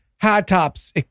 high-tops